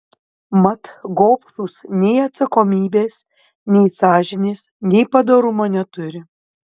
mat gobšūs nei atsakomybės nei sąžinės nei padorumo neturi